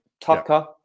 tucker